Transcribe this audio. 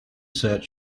set